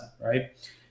right